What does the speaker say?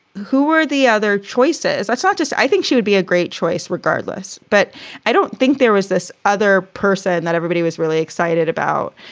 who were the other choices? it's not just i think she would be a great choice regardless, but i don't think there was this other person that everybody was really excited about.